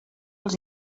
els